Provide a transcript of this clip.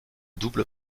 double